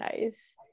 nice